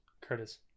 curtis